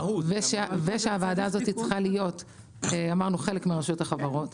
ושהוועדה הזאת צריכה להיות חלק מרשות החברות.